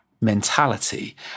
Mentality